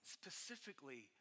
specifically